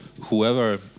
whoever